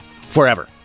Forever